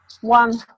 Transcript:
one